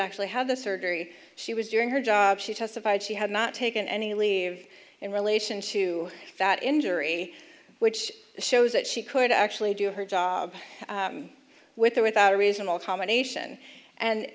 actually had the surgery she was doing her job she testified she had not taken any leave in relation to that injury which shows that she could actually do her job with or without a reasonable accommodation and